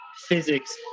physics